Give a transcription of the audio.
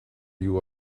you